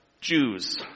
Jews